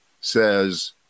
says